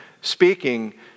speaking